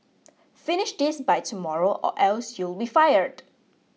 finish this by tomorrow or else you'll be fired